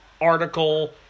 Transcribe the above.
article